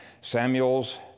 Samuel's